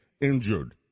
injured